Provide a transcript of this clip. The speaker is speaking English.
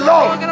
Lord